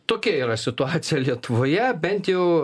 tokia yra situacija lietuvoje bent jau